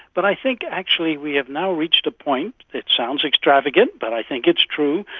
but i think actually we have now reached a point that sounds extravagant but i think it's true,